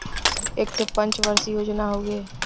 एक ठे पंच वर्षीय योजना हउवे